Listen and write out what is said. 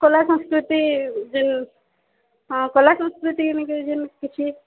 କଲା ସଂସ୍କୃତି ଯେନ୍ ହଁ କଲା ସଂସ୍କୃତି ନି କେଁ ଯେନ୍ କିଛି